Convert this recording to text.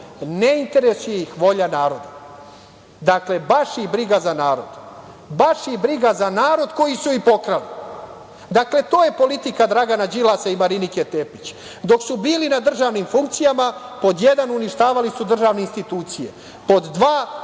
ne interesuje ih volja naroda, dakle, baš ih briga za narod. Baš ih briga za narod koji su i pokrali. To je politika Dragana Đilasa i Marinike Tepić. Dok su bili na državnim funkcijama, pod jedan, uništavali su državne institucije, pod dva,